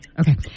Okay